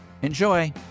enjoy